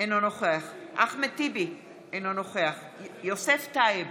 אינו נוכח אחמד טיבי, אינו נוכח יוסף טייב,